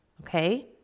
Okay